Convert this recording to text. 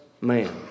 man